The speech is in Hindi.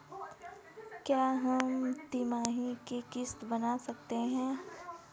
क्या हम तिमाही की किस्त बना सकते हैं?